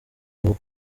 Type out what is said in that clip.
uwo